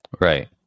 Right